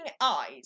eyes